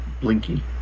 Blinky